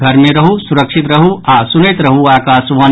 घर मे रहू सुरक्षित रहू आ सुनैत रहू आकाशवाणी